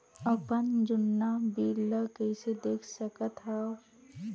अपन जुन्ना बिल ला कइसे देख सकत हाव?